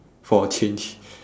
for a change